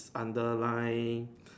underline